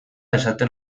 esaten